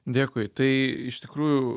dėkui tai iš tikrųjų